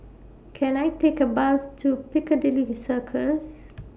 Can I Take A Bus to Piccadilly Circus